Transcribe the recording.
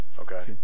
Okay